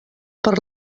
per